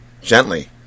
gently